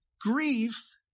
grief